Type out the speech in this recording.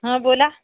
हां बोला